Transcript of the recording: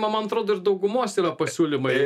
na man atrodo ir daugumos yra pasiūlymai